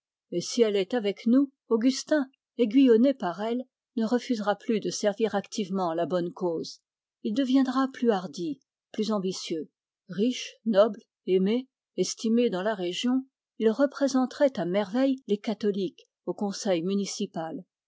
et si elle est avec nous augustin aiguillonné par elle ne refusera plus de servir activement la bonne cause il deviendra plus hardi plus ambitieux riche noble aimé estimé dans la région il représenterait à merveille les catholiques au conseil municipal